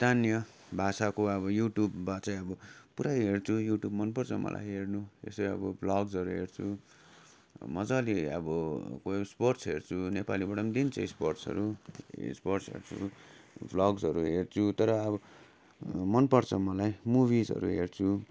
स्थानीय भाषाको अब युट्युबमा चाहिँ अब पुरा हेर्छु युट्युब मनपर्छ मलाई हेर्नु यसै अब ब्लग्सहरू हेर्छु मजाले अब कोही स्पोर्ट्स हेर्छु नेपालीबाट दिन्छ स्पोर्ट्सहरू स्पोर्ट्स हेर्छु ब्लग्सहरू हेर्छु तर अब मनपर्छ मलाई मुविसहरू हेर्छु